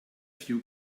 few